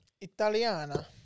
Italiana